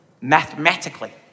mathematically